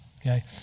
okay